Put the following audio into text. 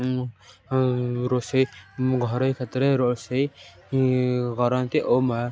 ରୋଷେଇ ଘରୋଇ କ୍ଷେତ୍ରରେ ରୋଷେଇ କରନ୍ତି ଓ ମା